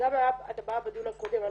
זה גם עלה בדיון הקודם,